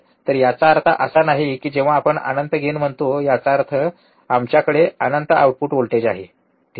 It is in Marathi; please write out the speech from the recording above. तर याचा अर्थ असा नाही की जेव्हा आपण अनंत गेन म्हणतो याचा अर्थ आमच्याकडे अनंत आउटपुट व्होल्टेज आहे ठीक आहे